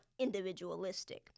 individualistic